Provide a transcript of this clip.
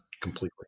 completely